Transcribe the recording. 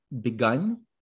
begun